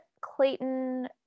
Clayton